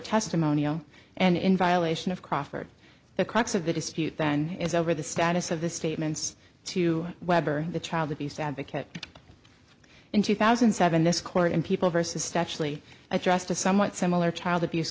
testimonial and in violation of crawford the crux of the dispute then is over the status of the statements to weber the child abuse advocate in two thousand and seven this court in people versus statute addressed a somewhat similar child abuse